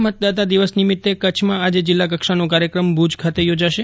રાષ્ટ્રીય મતદાતા દિવસ નિમિત્તે કચ્છમાં આજે જિલ્લાકક્ષાનો કાર્યક્રમ ભૂજ ખાતે યોજાશે